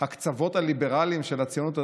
"הקצוות הליברליים של הציונות הדתית",